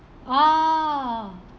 !oh!